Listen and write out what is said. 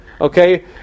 okay